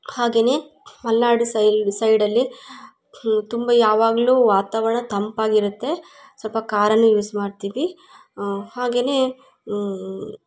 ಹಾಗೇ ಮಲೆನಾಡು ಸೈಡ್ ಸೈಡಲ್ಲಿ ತುಂಬ ಯಾವಾಗಲು ವಾತಾವರಣ ತಂಪಾಗಿರುತ್ತೆ ಸ್ವಲ್ಪ ಖಾರನು ಯೂಸ್ ಮಾಡ್ತೀವಿ ಹಾಗೇ